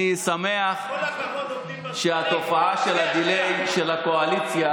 אני שמח שהתופעה של ה-delay של הקואליציה